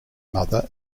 mother